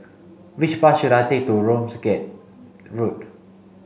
which bus should I take to Ramsgate Road